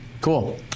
Cool